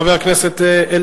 תודה, חבר הכנסת מקלב.